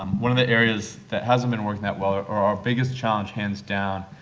um one of the areas that has not been working that well, or or our biggest challenge hands down,